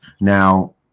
Now